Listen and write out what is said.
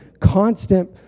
constant